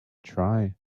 try